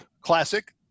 Classic